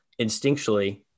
Instinctually